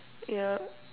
yup